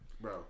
bro